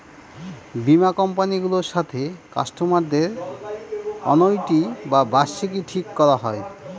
বীমা কোম্পানি গুলোর সাথে কাস্টমারদের অনুইটি বা বার্ষিকী ঠিক করা হয়